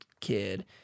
kid